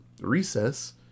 recess